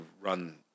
run